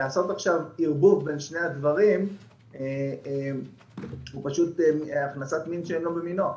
לעשות עכשיו ערבוב בין שני הדברים זה פשוט ערבוב מין בשאינו מינו.